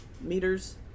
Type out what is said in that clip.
meters